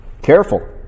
careful